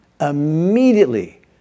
immediately